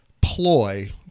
ploy